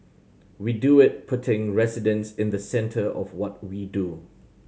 we do it putting residents in the centre of what we do